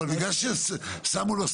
בסעיף קטן (ג),